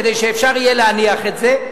כדי שאפשר יהיה להניח את זה.